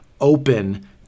open